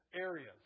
areas